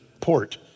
port